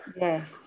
Yes